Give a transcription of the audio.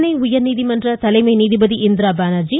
சென்னை உயர்நீதிமன்ற தலைமை நீதிபதி இந்திராபானர்ஜி